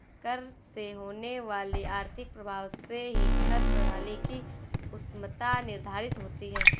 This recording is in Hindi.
कर से होने वाले आर्थिक प्रभाव से ही कर प्रणाली की उत्तमत्ता निर्धारित होती है